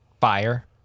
fire